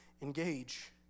engage